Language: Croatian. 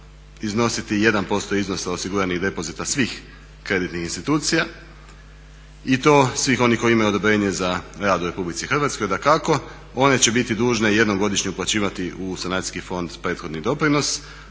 iznositi 1% iznosa osiguranih depozita svih kreditnih institucija i to svih onih koji imaju odobrenje za rad u Republici Hrvatskoj. Dakako one će biti dužne jednogodišnje uplaćivati u sanacijski fond prethodni doprinos